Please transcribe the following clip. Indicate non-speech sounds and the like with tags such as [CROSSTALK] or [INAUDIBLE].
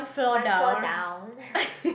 one floor down [LAUGHS]